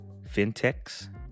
fintechs